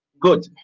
Good